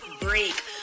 break